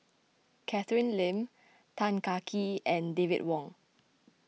Catherine Lim Tan Kah Kee and David Wong